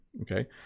Okay